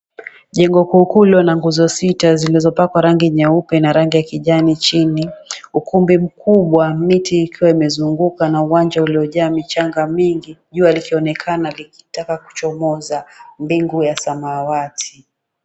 Jengo kuukuu lililona ngozo sita zilizopakwa rangi nyeupe na rangi ya kijani chini. Ukumbi mkubwa miti ikiwa imezunguka na uwanja uliojaa michanga mingi, jua likionekana likitaka kuchomoza mbingu ya samawati.